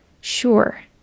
sure